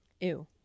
ew